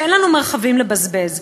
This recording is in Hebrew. שאין לנו מרחבים לבזבז,